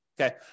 okay